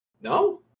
No